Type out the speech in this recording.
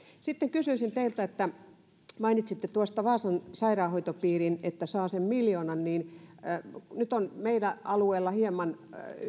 sitten kysyisin teiltä mainitsitte vaasan sairaanhoitopiirin että se saa sen miljoonan nyt on meidän alueella hieman